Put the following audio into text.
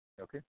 Okay